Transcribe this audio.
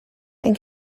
and